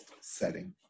setting